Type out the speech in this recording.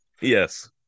yes